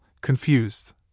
confused